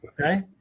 Okay